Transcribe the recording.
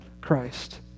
Christ